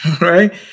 Right